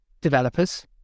developers